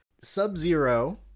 Sub-Zero